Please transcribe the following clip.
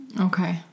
Okay